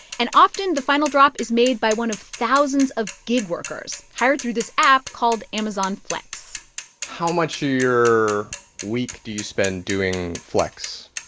and often, the final drop is made by one of thousands of gig workers hired through this app called amazon flex how much of your week do you spend doing flex?